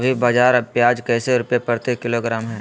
अभी बाजार प्याज कैसे रुपए प्रति किलोग्राम है?